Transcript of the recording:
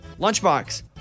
Lunchbox